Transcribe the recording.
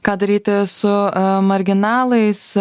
ką daryti su marginalais